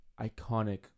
iconic